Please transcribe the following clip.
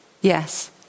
Yes